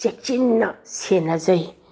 ꯆꯦꯛꯁꯤꯟꯅ ꯁꯦꯟꯅꯖꯩ